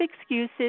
excuses